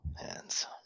hands